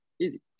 easy